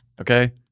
Okay